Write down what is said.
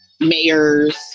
Mayors